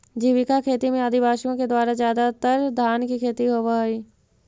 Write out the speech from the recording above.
जीविका खेती में आदिवासियों के द्वारा ज्यादातर धान की खेती होव हई